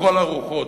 לכל הרוחות.